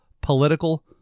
Political